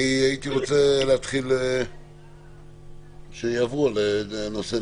הייתי רוצה להתחיל שיעברו נושא,